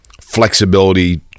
flexibility